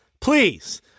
please